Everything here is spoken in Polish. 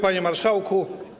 Panie Marszałku!